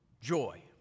joy